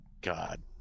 God